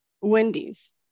Wendy's